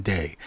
Day